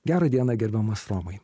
gerą dieną gerbiamas romai